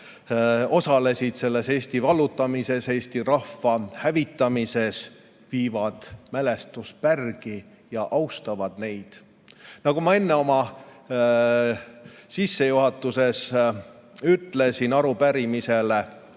osalesid Eesti vallutamises, eesti rahva hävitamises, mälestuspärgi ja austavad neid. Nagu ma enne oma sissejuhatuses arupärimisele